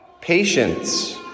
patience